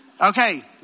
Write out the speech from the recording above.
okay